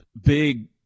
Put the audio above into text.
big